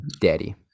daddy